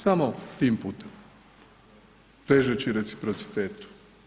Samo tim putem, težeći reciprocitetu.